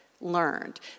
learned